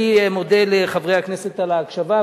אני מודה לחברי הכנסת על ההקשבה,